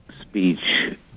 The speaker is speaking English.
speech